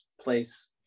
place